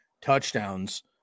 touchdowns